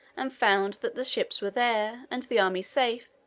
and found that the ships were there, and the army safe,